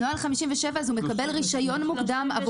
נוהל 37. אז הוא מקבל רישיון מוקדם עבור